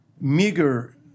meager